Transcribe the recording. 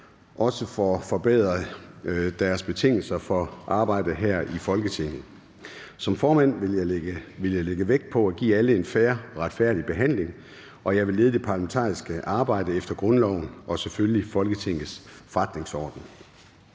også får forbedret deres betingelser for arbejdet her i Folketinget. Som formand vil jeg lægge vægt på at give alle en fair og retfærdig behandling, og jeg vil lede det parlamentariske arbejde efter grundloven og selvfølgelig også Folketingets forretningsorden.